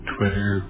Twitter